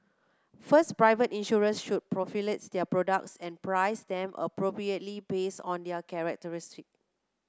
first private insurers should proliferate their products and price them appropriately based on their characteristic